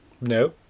No